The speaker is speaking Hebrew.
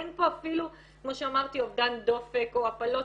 אין פה אפילו כמו שאמרתי אובדן דופק או הפלות